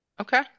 Okay